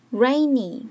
rainy